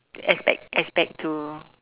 expect expect to